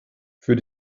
für